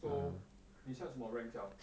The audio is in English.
so 你现在什么 rank sia